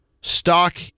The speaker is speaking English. stock